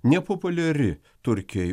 nepopuliari turkijoj